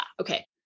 Okay